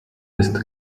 ist